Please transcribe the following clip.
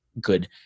good